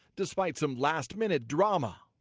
despite some last-minute drama.